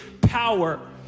power